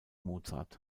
mozart